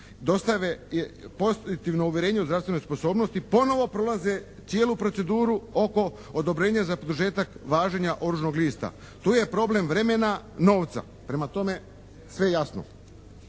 dostave pozitivno uvjerenje o zdravstvenoj sposobnosti, ponovo prolaze cijelu proceduru oko odobrenja za produžetak važenja oružanog lista. Tu je problem vremena, novca. Prema tome sve jasno.